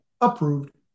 approved